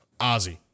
Ozzy